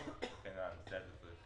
הנושא הזה צריך